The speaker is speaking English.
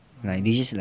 do you just like